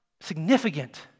significant